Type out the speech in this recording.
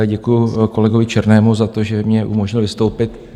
Děkuji kolegovi Černému za to, že mi umožnil vystoupit...